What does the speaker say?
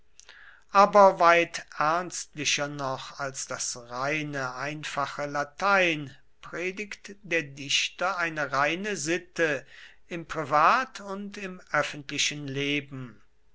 aber weit ernstlicher noch als das reine einfache latein predigt der dichter reine sitte im privat und im öffentlichen leben